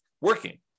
working